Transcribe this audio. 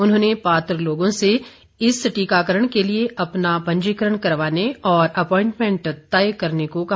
उन्होंने पात्र लोगों से इस टीकाकरण के लिए अपना पंजीकरण करवाने और अप्वाईटमेंट तय करने को कहा